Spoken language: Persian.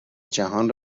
جهان